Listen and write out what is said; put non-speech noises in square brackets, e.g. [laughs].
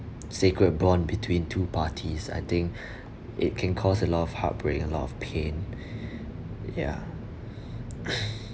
sacred bond between two parties I think it can cause a lot of heartbreak a lot of pain ya [laughs]